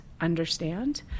understand